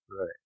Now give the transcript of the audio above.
right